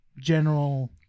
General